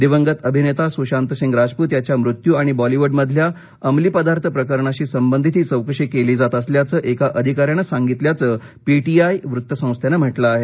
दिवंगत अभिनेता सुशांतसिंग राजपूत याच्या मृत्यू आणि बॉलिवूडमधल्या अंमलीपदार्थ प्रकरणाशी संबंधित ही चौकशी केली जात असल्याचे एका अधिकाऱ्याने सांगितल्याचं पी टी आय वृत्तसंस्थेन म्हटलं आहे